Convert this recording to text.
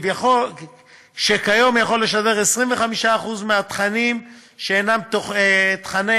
שכיום יכול לשדר 25% מהתכנים שאינם תוכני